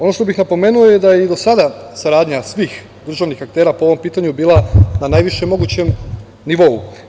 Ovo što bih napomenuo je da i do sada saradnja svih državnih aktera po ovom pitanju bila na najvišem mogućem nivou.